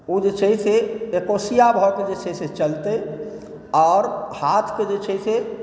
ओ जे छै से एकोशिआ भऽकऽ जे छै से चलतै आओर हाथके जे छै से